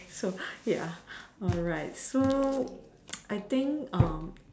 ya alright so I think